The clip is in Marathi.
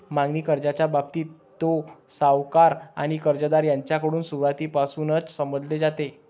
मागणी कर्जाच्या बाबतीत, ते सावकार आणि कर्जदार यांच्याकडून सुरुवातीपासूनच समजले जाते